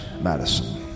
Madison